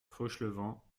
fauchelevent